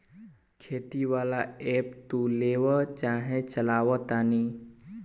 खेती वाला ऐप तू लेबऽ उहे चलावऽ तानी